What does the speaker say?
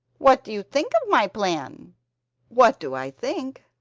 what do you think of my plan what do i think?